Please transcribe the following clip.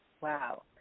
Wow